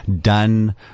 done